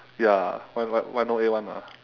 ya why why why no A [one] ah